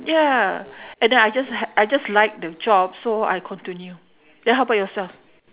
ya and then I just li~ I just like the job so I continue then how about yourself